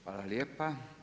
Hvala lijepa.